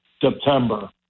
September